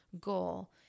goal